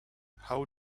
how